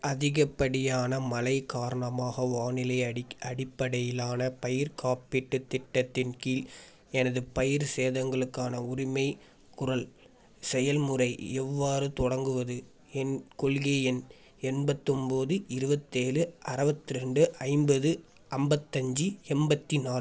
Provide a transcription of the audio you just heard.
அதிகப்படியான மழை காரணமாக வானிலை அடிக் அடிப்படையிலான பயிர்க் காப்பீட்டுத் திட்டத்தின் கீழ் எனது பயிர் சேதங்களுக்கான உரிமைக்குரல் செயல்முறை எவ்வாறு தொடங்குவது என் கொள்கை எண் எண்பத்தொம்பது இருவத்தேழு அறுவத்ரெண்டு ஐம்பது ஐம்பத்தஞ்சி எண்பத்தி நாலு